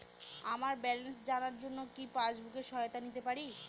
আমার ব্যালেন্স জানার জন্য কি পাসবুকের সহায়তা নিতে পারি?